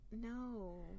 no